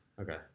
Okay